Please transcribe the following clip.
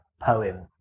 poem